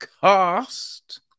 cast